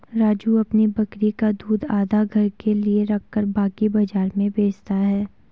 राजू अपनी बकरी का दूध आधा घर के लिए रखकर बाकी बाजार में बेचता हैं